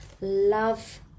love